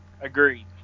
agreed